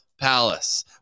Palace